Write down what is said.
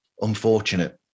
unfortunate